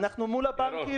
אנחנו מול הבנקים,